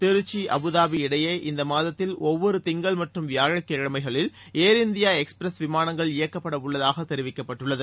Trichy Abu Dhabi இடையே இந்த மாதத்தில் ஒவ்வொரு திங்கள் மற்றும் வியாழக்கிழமைகளில் ஏர் இந்தியா எக்ஸ்பிரஸ் விமானங்கள் இயக்கப்படவுள்ளதாக தெரிவிக்கப்பட்டுள்ளது